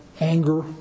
anger